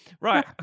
Right